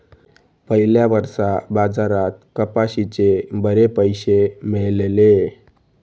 पयल्या वर्सा बाजारात कपाशीचे बरे पैशे मेळलले